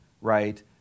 right